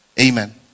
Amen